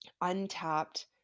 untapped